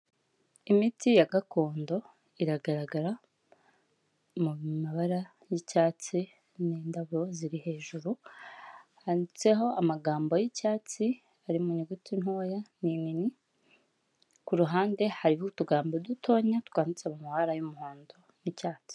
Imiti ya gakondo iragaragara mu mabara y'icyatsi n'indabyo ziri hejuru, handitseho amagambo y'icyatsi ari mu nyuguti ntoya n'inini, ku ruhande hariho utugambo dutoya twanditse mu mabara y'umuhondo n'icyatsi.